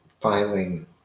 filing